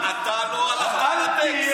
אני לא מבין למה אתה לא הלכת על הטקסט הרגיל.